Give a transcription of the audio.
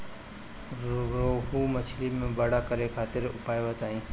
रोहु मछली के बड़ा करे खातिर उपाय बताईं?